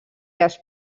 els